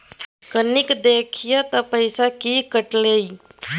कनी देखियौ त पैसा किये कटले इ?